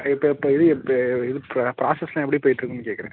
இப்போ இப்போ இது எப்போ இது இப்போ ப்ராசஸ்லாம் எப்படி போயிட்டிருக்குன்னு கேட்கறேன்